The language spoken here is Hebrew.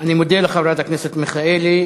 אני מודה לחברת הכנסת מיכאלי.